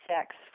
sex